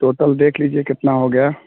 total देख लीजिए कितना हो गया